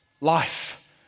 life